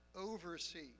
oversee